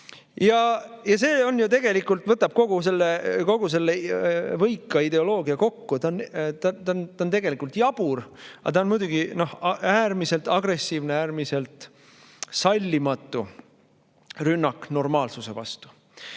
See ju tegelikult võtab kogu selle võika ideoloogia kokku. See on tegelikult jabur, aga muidugi ka äärmiselt agressiivne, äärmiselt sallimatu rünnak normaalsuse vastu.